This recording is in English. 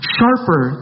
Sharper